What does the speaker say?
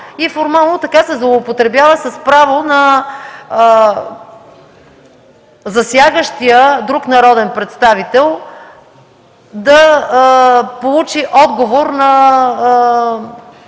и формално така се злоупотребява с право на засягащия друг народен представител да получи отговор на